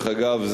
דרך אגב,